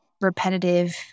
repetitive